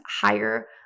higher